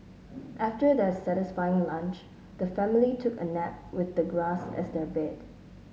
after their satisfying lunch the family took a nap with the grass as their bed